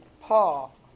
Paul